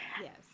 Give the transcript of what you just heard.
Yes